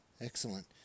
Excellent